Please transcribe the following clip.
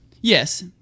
Yes